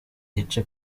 ice